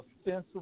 offensive